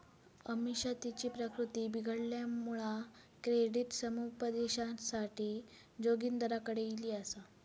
अमिषा तिची प्रकृती बिघडल्यामुळा क्रेडिट समुपदेशनासाठी जोगिंदरकडे ईली आसा